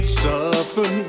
suffer